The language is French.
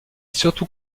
surtout